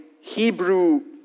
Hebrew